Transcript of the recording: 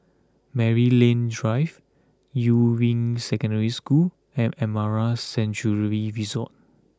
Maryland Drive Yuying Secondary School and Amara Sanctuary Resort